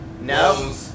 no